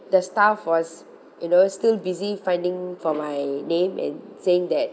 the staff was you know still busy finding for my name and saying that